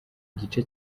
igice